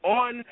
on